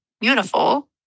beautiful